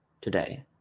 today